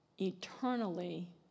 eternally